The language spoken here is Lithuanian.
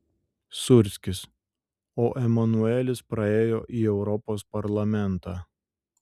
sūrskis o emanuelis praėjo į europos parlamentą